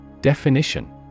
Definition